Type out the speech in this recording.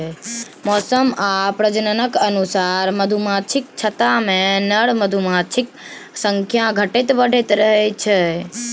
मौसम आ प्रजननक अनुसार मधुमाछीक छत्तामे नर मधुमाछीक संख्या घटैत बढ़ैत रहै छै